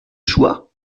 choix